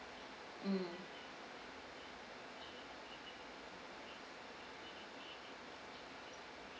mm